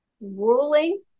ruling